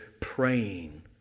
praying